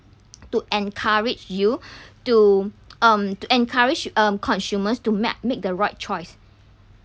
to encourage you to um to encourage um consumers to ma~ make the right choice